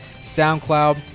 SoundCloud